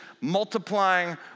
multiplying